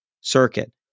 circuit